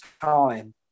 time